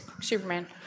Superman